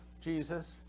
Jesus